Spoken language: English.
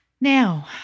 Now